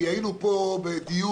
כי היינו פה בדיון